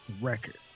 record